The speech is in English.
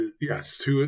yes